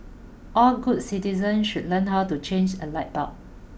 all good citizens should learn how to change a light bulb